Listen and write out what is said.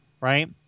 right